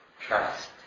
trust